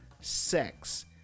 sex